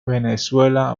venezuela